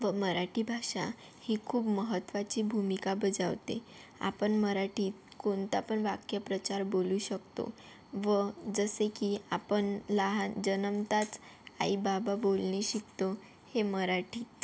व मराठी भाषा ही खूप महत्त्वाची भूमिका बजावते आपण मराठीत कोणता पण वाक्प्रचार बोलू शकतो व जसे की आपण लहान जनमताचं आई बाबा बोलणे शिकतो हे मराठीत